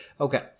Okay